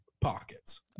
pockets